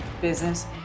business